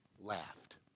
laughed